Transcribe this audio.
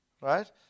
Right